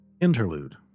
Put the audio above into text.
Interlude